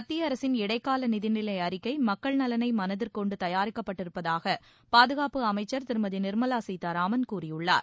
மத்திய அரசின் இடைக்கால நிதிநிலை அறிக்கை மக்கள் நலனை மனதிற்கொண்டு தயாரிக்கப்பட்டிருப்பதாக பாதுகாப்பு அமைச்சர் திருமதி நிர்மலா சீதாராமன் கூறியுள்ளார்